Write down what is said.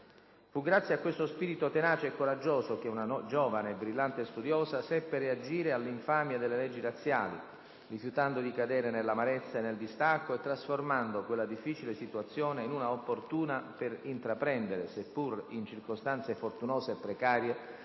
Fu grazie a questo spirito tenace e coraggioso che una giovane e brillante studiosa seppe reagire all'infamia delle leggi razziali rifiutando di cadere nell'amarezza e nel distacco e trasformando quella difficile situazione in una opportunità per intraprendere, seppure in circostanze fortunose e precarie,